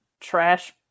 Trash